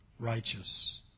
Righteous